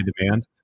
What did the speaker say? demand